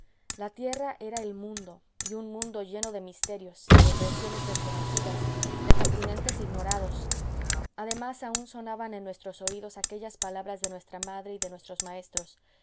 la tierra era el mundo y un mundo lleno de misterios de regiones desconocidas de continentes ignorados además aun sonaban en nuestros oídos aquellas palabras de nuestra madre y de nuestros maestros